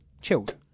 chilled